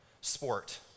sport